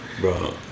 bro